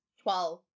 Twelve